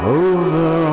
over